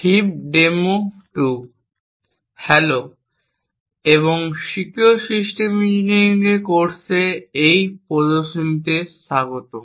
hello এবং secure system engineering এর কোর্সে এই প্রদর্শনীতে স্বাগতম